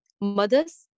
mothers